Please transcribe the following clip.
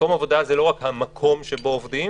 מקום עבודה זה לא רק המקום שבו עובדים,